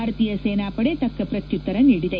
ಭಾರತೀಯ ಸೇನಾ ಪಡೆ ತಕ್ಕ ಪ್ರತ್ಯುತ್ತರ ನೀಡಿದೆ